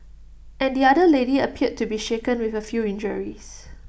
and the other lady appeared to be shaken with A few injuries